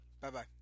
bye-bye